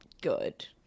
good